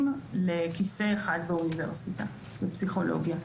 לכיסא אחד באוניברסיטה לפסיכולוגיה.